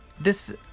This-